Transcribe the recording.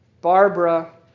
Barbara